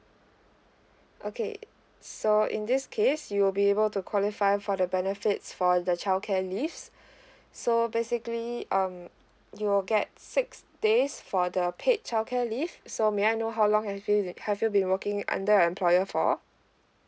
okay so in this case you will be able to qualify for the benefits for the childcare leaves so basically um you will get six days for the paid childcare leave so may I know how long have you have be~ you been working under a employer for